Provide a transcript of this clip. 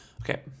Okay